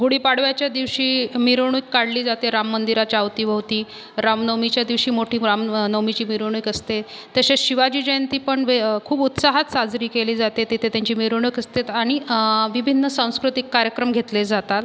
गुढी पाडव्याच्या दिवशी मिरवणूक काढली जाते राम मंदिराच्या अवतीभवती रामनवमीच्या दिवशी मोठी रामनवमीची मोठी मिरवणूक असते तसेच शिवाजी जयंतीपण वे खूप उत्साहात साजरी केली जाते तिथे त्यांची मिरवणूक असते आणि विभिन्न सांस्कृतिक कार्यक्रम घेतले जातात